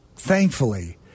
Thankfully